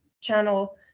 channel